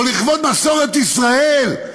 או לכבוד מסורת ישראל,